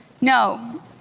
no